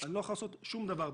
אני לא יכול לעשות שום דבר בעצם.